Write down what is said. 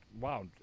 wow